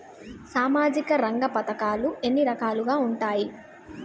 సామాజిక రంగ పథకాలు ఎన్ని రకాలుగా ఉంటాయి?